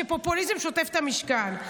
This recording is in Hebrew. כשפופוליזם שוטף את המשכן.